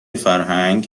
فرهنگ